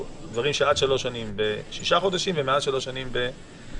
עד שלוש שנים בשישה חודשים ומעל שלוש שנים בשנה.